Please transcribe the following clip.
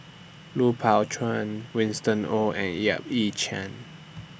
Lui Pao Chuen Winston Oh and Yap Ee Chian